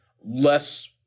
less